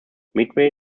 midway